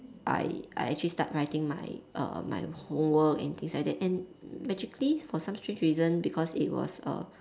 I I actually start writing my err my homework and things like that and magically for some strange reason because it was a